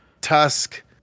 tusk